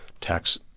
tax